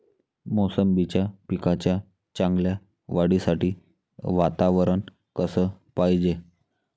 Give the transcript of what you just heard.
मोसंबीच्या पिकाच्या चांगल्या वाढीसाठी वातावरन कस पायजे?